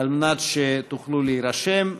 על מנת שתוכלו להירשם.